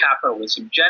capitalism